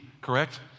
correct